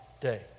day